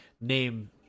name